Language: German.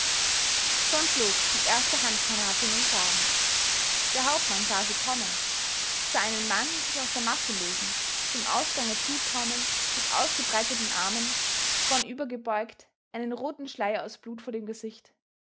schon flog die erste handgranate in den graben der hauptmann sah sie kommen sah einen mann sich aus der masse lösen dem ausgange zutaumeln mit ausgebreiteten armen vornübergebeugt einen roten schleier aus blut vor dem gesicht